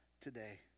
today